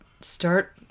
start